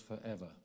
forever